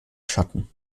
schatten